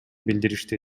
билдиришти